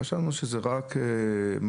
חשבנו שזה רק מחסור,